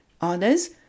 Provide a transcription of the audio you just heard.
others